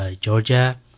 Georgia